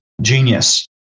genius